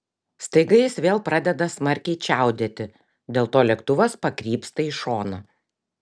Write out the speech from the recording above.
staiga jis vėl pradeda smarkiai čiaudėti dėl to lėktuvas pakrypsta į šoną